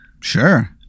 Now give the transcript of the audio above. Sure